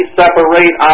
separate